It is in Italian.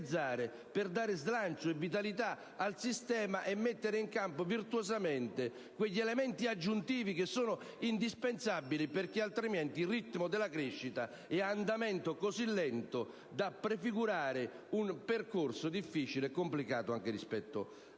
per dare slancio e vitalità al sistema e mettere in campo virtuosamente quegli elementi aggiuntivi che sono indispensabili, altrimenti il ritmo della crescita è ad andamento così lento da prefigurare un percorso difficile anche rispetto alla